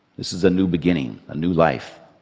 this is a new beginning, a new life.